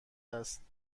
است